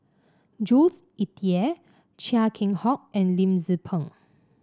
Jules Itier Chia Keng Hock and Lim Tze Peng